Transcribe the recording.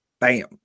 Bam